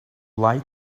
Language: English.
lied